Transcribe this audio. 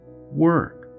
work